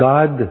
God